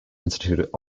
institute